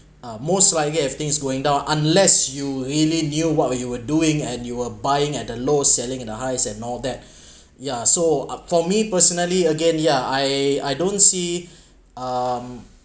uh most likely get things going down unless you really knew what you were doing and you were buying at the low selling in the highs and all that ya so uh for me personally again yeah I I don't see um